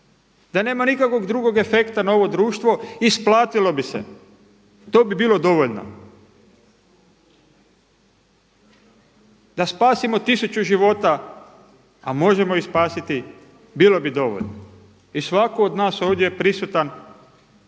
da nema nikakvog drugog efekta na ovo društvo isplatilo bi se, to bi bilo dovoljno da spasimo tisuću života, a možemo ih spasiti, bilo bi dovoljno. I svako od nas ovdje prisutan danas